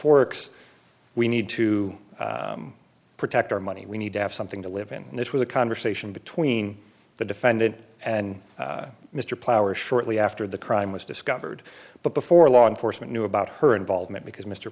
works we need to protect our money we need to have something to live in and it was a conversation between the defendant and mr plow or shortly after the crime was discovered but before law enforcement knew about her involvement because m